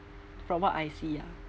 from what I see ya